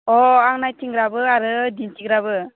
अह आं नायथिंग्राबो आरो दिन्थिग्राबो